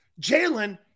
Jalen